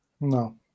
No